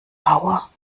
bauer